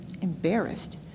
embarrassed